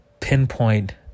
pinpoint